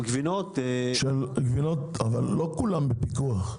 גבינות --- אבל לא כולן בפיקוח.